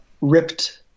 ripped